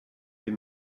des